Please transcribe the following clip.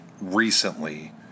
recently